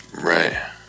Right